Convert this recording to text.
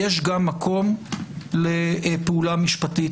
יש גם מקום לפעולה משפטית,